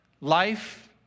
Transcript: Life